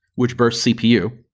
which burst cpu.